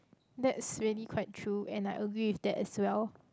that's really quite true and I agree with that as well